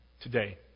Today